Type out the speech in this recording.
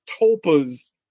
tulpas